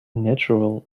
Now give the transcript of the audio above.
natural